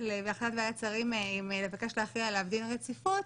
להחלטת ועדת שרים לבקש להכריע עליו דין רציפות,